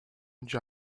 già